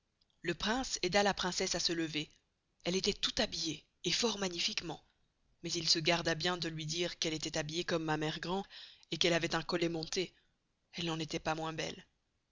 le prince aida la princesse à se lever elle estoit tout habillée et fort magnifiquement mais il se garda bien de luy dire qu'elle estoit habillée comme ma mere grand et qu'elle avoit un collet monté elle n'en estoit pas moins belle